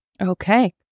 Okay